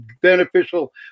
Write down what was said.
beneficial